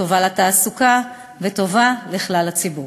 טובה לתעסוקה וטובה לכלל הציבור.